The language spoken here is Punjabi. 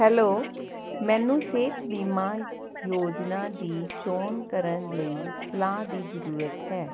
ਹੈਲੋ ਮੈਨੂੰ ਸਿਹਤ ਬੀਮਾ ਯੋਜਨਾ ਦੀ ਚੋਣ ਕਰਨ ਲਈ ਸਲਾਹ ਦੀ ਜ਼ਰੂਰਤ ਹੈ